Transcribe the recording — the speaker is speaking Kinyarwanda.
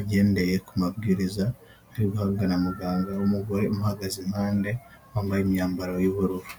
agendeye ku mabwiriza ari guhabwa na muganga w'umugore uhagaze iruhande, wambaye imyambaro y'ubururu.